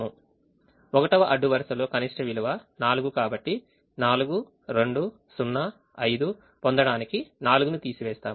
1వ అడ్డు వరుసలో కనిష్ట విలువ 4 కాబట్టి 4 2 0 5 పొందడానికి 4 ను తీసివేస్తాము